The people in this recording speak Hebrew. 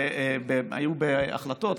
בהחלטות,